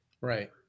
Right